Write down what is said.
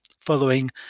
following